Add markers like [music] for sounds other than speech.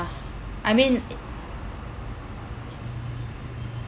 I mean [noise]